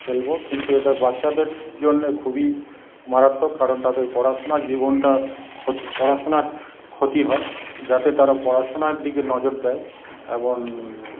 খেলব কিন্তু এটা বাচ্চাদের জন্য খুবই মারাত্মক কারণ তাদের পড়াশুনা জীবনটা ক্ষতি পড়াশুনার ক্ষতি হয় যাতে তারা পড়াশুনার দিকে নজর দেয় এবং